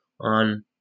on